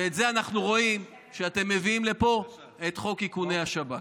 ואת זה אנחנו רואים כשאתם מביאים לפה את חוק איכוני השב"כ.